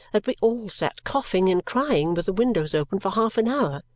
that we all sat coughing and crying with the windows open for half an hour,